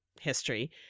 history